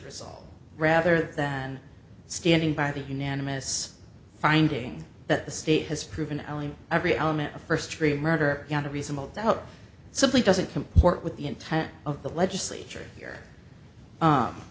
result rather than standing by the unanimous finding that the state has proven only every element of first degree murder not a reasonable doubt simply doesn't comport with the intent of the legislature here